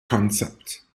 concept